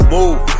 Move